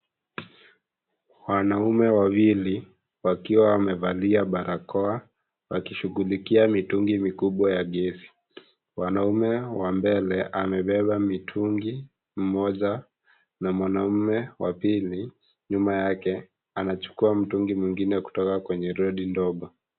Wanaume wawili wakiwa wamevalia barakoa wakishughulikia mitungi mikubwa ya gesi. Mwanaume wa mbele amebeba mitungi mmoja, na mwanaume wa pili nyuma yake anachukua mtungi mwingine kutoka kwenye lori ndogo.